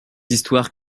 histoires